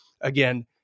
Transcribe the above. again